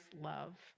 love